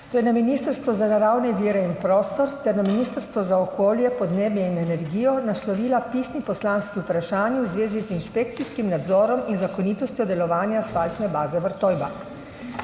to je na Ministrstvo za naravne vire in prostor ter na Ministrstvo za okolje, podnebje in energijo, naslovila pisni poslanski vprašanji v zvezi z inšpekcijskim nadzorom in zakonitostjo delovanja asfaltne baze Vrtojba.